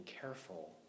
careful